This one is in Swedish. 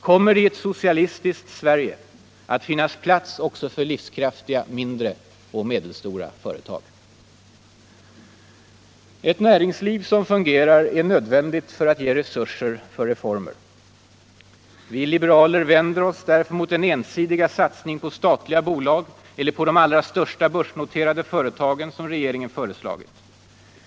Kommer det i ett socialistiskt Sverige att finnas plats också för livskraftiga mindre och medelstora företag? Ett näringsliv som fungerar är nödvändigt för att ge resurser för reformer. Vi liberaler vänder oss därför mot den ensidiga satsning på statliga bolag eller på de allra största börsnoterade företagen som regeringen föreslagit.